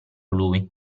lui